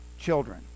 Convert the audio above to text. children